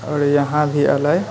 आओर यहाँ भी एलै